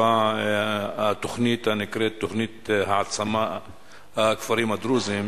התוכנית הנקראת תוכנית העצמת הכפרים הדרוזיים,